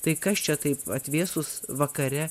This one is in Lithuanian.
tai kas čia taip atvėsus vakare